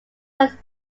when